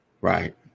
Right